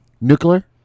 Nuclear